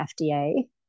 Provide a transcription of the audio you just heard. FDA